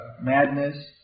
madness